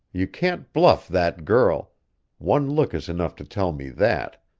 you can't bluff that girl one look is enough to tell me that.